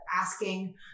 asking